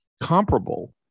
comparable